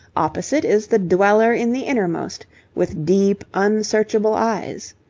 opposite is the dweller in the innermost with deep, unsearchable eyes.